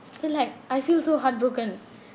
then like I feel so heartbroken